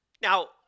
Now